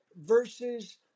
versus